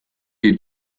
you